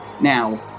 Now